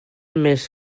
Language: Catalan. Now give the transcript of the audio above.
més